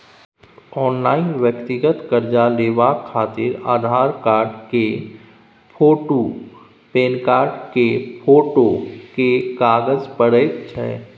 online व्यक्तिगत कर्जा लेबाक खातिर आधार कार्ड केर फोटु, पेनकार्ड केर फोटो केर काज परैत छै